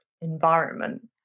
environment